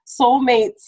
soulmates